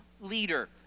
leader